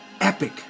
epic